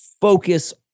focus